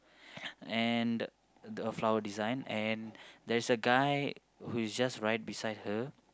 and the the flower design and there is a guy who is just right beside her